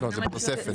לא זה בתוספת.